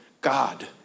God